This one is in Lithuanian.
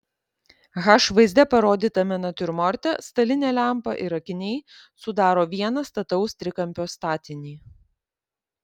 h vaizde parodytame natiurmorte stalinė lempa ir akiniai sudaro vieną stataus trikampio statinį